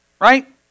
right